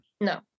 No